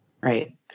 Right